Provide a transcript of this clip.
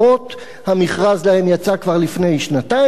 המכרז להן יצא כבר לפני שנתיים או יותר.